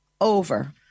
over